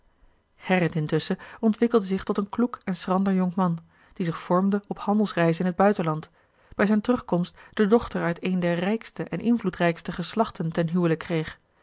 gerrit intusschen ontwikkelde zich tot een kloek en schrander jonkman die zich vormde op handelsreizen in het buitenland bij zijne terugkomst de dochter uit eene der rijkste en invloedrijkste geslachten ten huwelijk kreeg